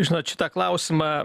žinot šitą klausimą